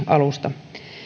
alusta